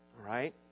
Right